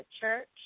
church